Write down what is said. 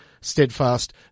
steadfast